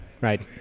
right